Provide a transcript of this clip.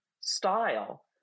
style